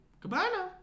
Goodbye